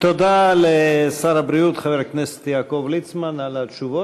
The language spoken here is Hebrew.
תודה לשר הבריאות חבר הכנסת יעקב ליצמן על התשובות,